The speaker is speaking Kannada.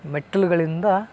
ಮೆಟ್ಟಿಲುಗಳಿಂದ